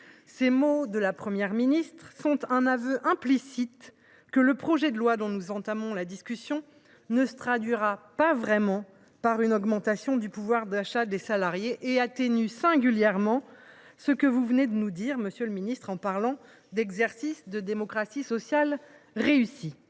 Ces mots de la Première ministre sont l’aveu implicite que le projet de loi dont nous engageons la discussion ne se traduira pas véritablement par une augmentation du pouvoir d’achat des salariés ; ils atténuent singulièrement ce que M. le ministre vient de nous dire en parlant d’exercice de démocratie sociale réussi.